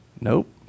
Nope